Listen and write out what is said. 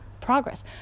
progress